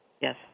Yes